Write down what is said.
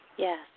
Yes